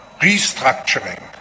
restructuring